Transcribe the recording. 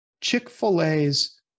Chick-fil-A's